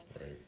Right